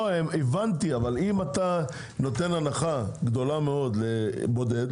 אבל אם אתה נותן הנחה גדולה מאוד לנסיעה בודדת,